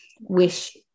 wish